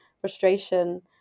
frustration